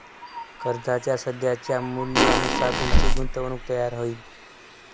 कर्जाच्या सध्याच्या मूल्यानुसार तुमची गुंतवणूक तयार होईल